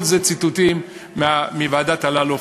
כל אלה ציטוטים מוועדת אלאלוף,